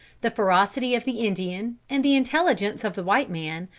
the ferocity of the indian, and the intelligence of the white man,